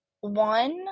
One